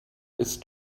ist